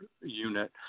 unit